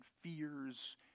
fears